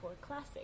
classic